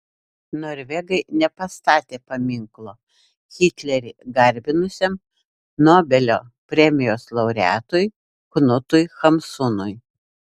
norvegai nepastatė paminklo hitlerį garbinusiam nobelio premijos laureatui knutui hamsunui